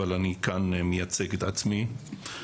אבל כאן אני מייצג את עצמי.